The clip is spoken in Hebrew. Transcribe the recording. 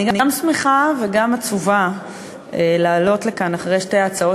אני גם שמחה וגם עצובה לעלות לכאן אחרי שתי ההצעות